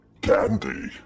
Candy